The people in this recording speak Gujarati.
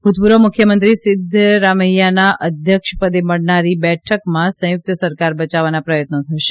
ભુતપુર્વ મુખ્યમંત્રી સિધ્ધ રામૈથાહના અધ્યક્ષ પદે મળનારી બેઠકમાં સંયુકત સરકાર બચાવવાના પ્રથત્નો થશે